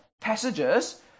passages